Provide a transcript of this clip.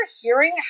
hearing